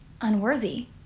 unworthy